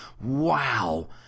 wow